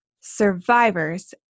survivors